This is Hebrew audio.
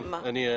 כן.